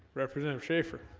represent of shafer